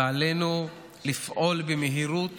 ועלינו לפעול במהירות